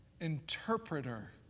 interpreter